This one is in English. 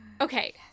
okay